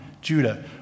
Judah